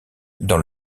dans